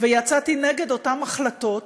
ויצאתי נגד אותן החלטות